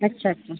अच्छा अच्छा